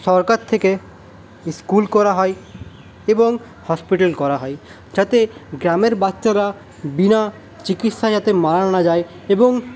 সরকার থেকে স্কুল করা হয় এবং হসপিটাল করা হয় যাতে গ্রামের বাচ্চারা বিনা চিকিৎসায় যাতে মারা না যায় এবং